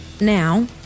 Now